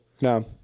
No